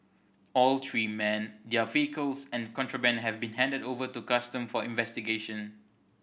all three men their vehicles and the contraband have been handed over to custom for investigation